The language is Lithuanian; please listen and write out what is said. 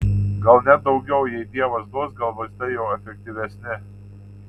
gal net daugiau jei dievas duos gal vaistai jau efektyvesni